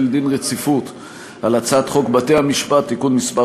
דין רציפות על הצעת חוק בתי-המשפט (תיקון מס'